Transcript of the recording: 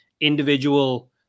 individual